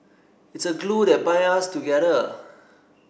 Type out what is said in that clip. it's a glue that bind us together